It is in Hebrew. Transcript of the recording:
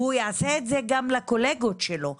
והוא יעשה את זה גם לקולגות שלו.